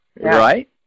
right